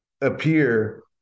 appear